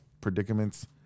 predicaments